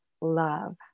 love